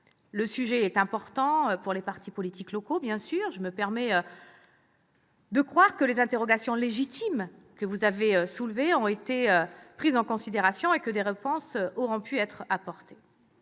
Le sujet est important pour les partis politiques locaux. Je me permets de croire que les interrogations légitimes que vous avez soulevées ont été prises en considération et que des réponses auront pu y être apportées.